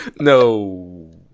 No